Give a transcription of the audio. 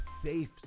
safe